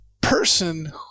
person